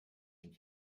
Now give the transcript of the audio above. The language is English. and